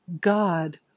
God